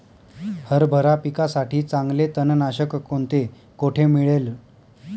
हरभरा पिकासाठी चांगले तणनाशक कोणते, कोठे मिळेल?